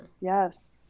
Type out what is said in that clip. Yes